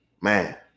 Man